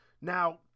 Now